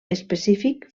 específic